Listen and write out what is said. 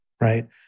right